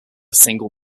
single